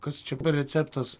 kas čia per receptas